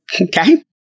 Okay